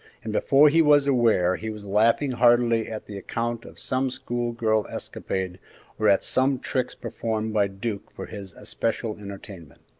and before he was aware he was laughing heartily at the account of some school-girl escapade or at some tricks performed by duke for his especial entertainment.